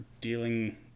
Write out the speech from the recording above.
dealing